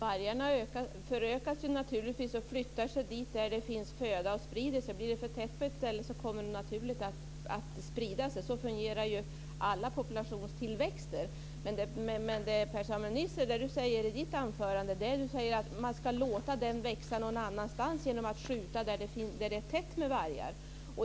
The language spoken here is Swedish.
Fru talman! Vargarna flyttar dit där det finns föda och förökar sig där. Blir det för tätt på ett ställe sprider de sig naturligt. Så fungerar ju alla populationstillväxter. Men Per-Samuel Nisser säger i sitt anförande att man ska låta vargstammen växa någon annanstans genom att avskjuta där det är tätt med vargar.